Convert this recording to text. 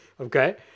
Okay